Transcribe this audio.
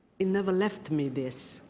never left me this.